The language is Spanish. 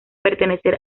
pertenecer